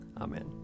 Amen